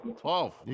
Twelve